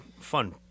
fun